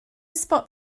spot